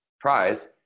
prize